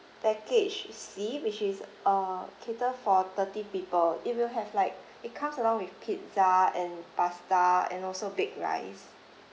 package C which is uh cater for thirty people if you have like it comes along with pizza and pasta and also big rice